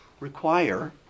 Require